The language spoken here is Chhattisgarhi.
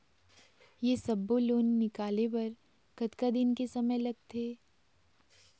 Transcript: ये सब्बो लोन निकाले बर कतका दिन के समय लगथे?